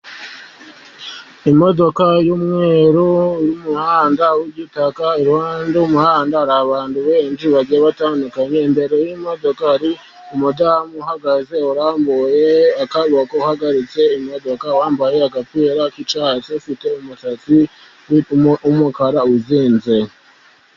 Imodoka y'umweru, n'umuhanda w'igitaka iruhande rw'umuhanda, hari abantu benshi inzu bagiye batandukanye, imbere y'modoka hari umudamu uhagaze, urambuye akaboko uhagaritse imodoka, wambaye agapira k'icyatsi, ufite umusatsi w'umukara uzinze.